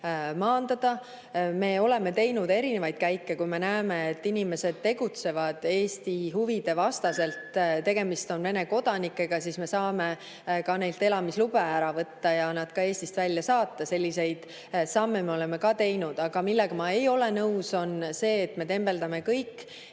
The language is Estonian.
maandada. Me oleme teinud erinevaid käike. Kui me näeme, et inimesed tegutsevad Eesti huvide vastaselt, tegemist on Vene kodanikega, siis me saame neilt elamisloa ära võtta ja nad ka Eestist välja saata. Selliseid samme me oleme ka teinud. Aga millega ma ei ole nõus, on see, et me tembeldame kõik